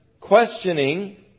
questioning